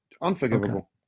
Unforgivable